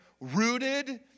rooted